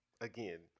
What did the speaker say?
again